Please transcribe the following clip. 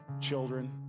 children